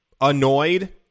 annoyed